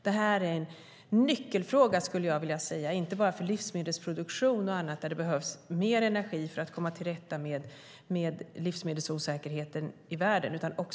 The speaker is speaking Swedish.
Jag skulle vilja säga att det här är en nyckelfråga, inte bara för livsmedelsproduktion och annat där det behövs mer energi för att komma till rätta med livsmedelsosäkerheten i världen.